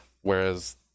Whereas